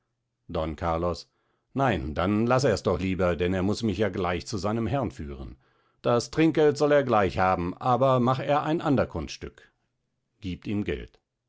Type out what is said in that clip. don carlos nein dann laß ers doch lieber denn er muß mich ja gleich zu seinem herrn führen das trinkgeld soll er gleich haben aber mach er ein ander kunststück giebt ihm geld